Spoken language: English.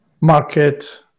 market